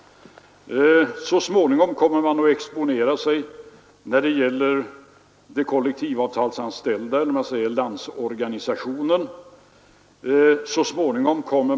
Så småningom kommer de kollektivanställda — dvs. LO:s organisationer — att exponera sig.